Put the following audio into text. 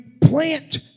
plant